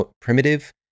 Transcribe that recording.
primitive